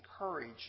encourage